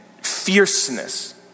fierceness